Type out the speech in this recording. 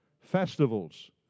festivals